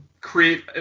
create